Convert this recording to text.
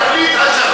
נמאס מהתקליט השבור,